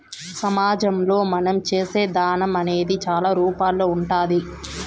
సమాజంలో మనం చేసే దానం అనేది చాలా రూపాల్లో ఉంటాది